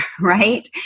right